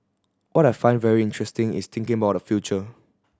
what I find very interesting is thinking about the future